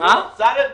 למה לא חתם?